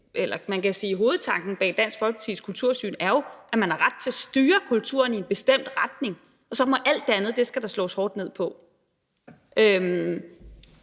så godt være. Hovedtanken bag Dansk Folkepartis kultursyn er jo, at man har ret til at styre kulturen i en bestemt retning, og så skal der slås hårdt ned på